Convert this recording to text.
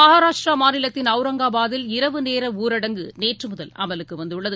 மகாராஷ்ட்டிராமாநிலத்தின் ஒளரங்காபாத்தில் நேரஊரடங்கு இரவு நேற்றுமுதல் அமலுக்குவந்துள்ளது